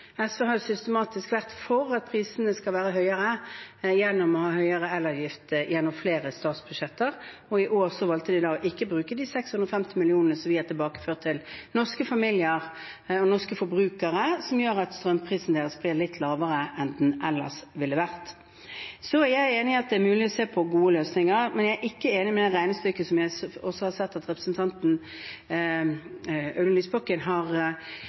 SV har jo systematisk vært for at prisene skal være høyere, ved å ha høyere elavgift gjennom flere statsbudsjetter, og i år valgte de ikke å bruke de 650 mill. kr som vi har tilbakeført til norske familier og norske forbrukere, som gjør at strømprisen deres blir litt lavere enn den ellers ville vært. Så er jeg enig i at det er mulig å se på gode løsninger, men jeg er ikke enig i det regnestykket som jeg har sett at representanten Audun Lysbakken har